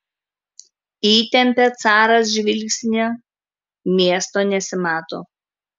įtempia caras žvilgsnį miesto nesimato